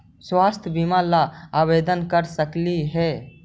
स्वास्थ्य बीमा ला आवेदन कर सकली हे?